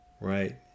right